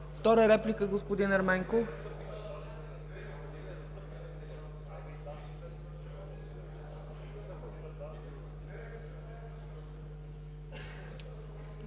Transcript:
Втора реплика – господин Ерменков.